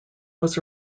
was